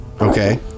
Okay